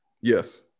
Yes